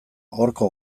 horko